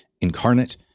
incarnate